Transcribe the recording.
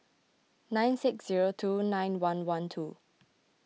nine six zero two nine one one two